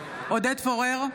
עודד פורר,